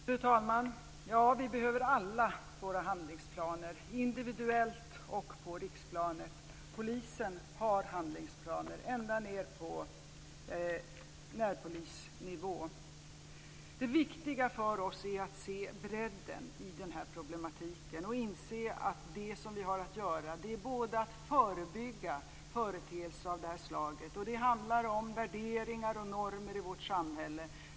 Fru talman! Vi behöver alla våra handlingsplaner individuellt och på riksplanet. Polisen har handlingsplaner, ända ned på närpolisnivå. Det viktiga för oss är att se bredden i problematiken och inse att det som vi har att göra är att förebygga företeelser av det här slaget. Det handlar om värderingar och normer i vårt samhälle.